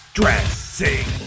dressing